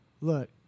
Look